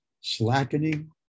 slackening